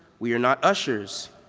we are not um sutures.